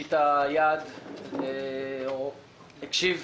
הושיט יד או הקשיב,